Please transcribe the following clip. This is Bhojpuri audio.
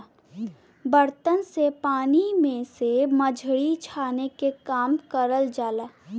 बर्तन से पानी में से मछरी छाने के काम करल जाला